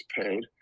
paid